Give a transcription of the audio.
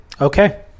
Okay